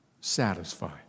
satisfied